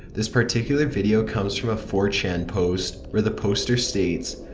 this particular video comes from a four chan post, where the poster states,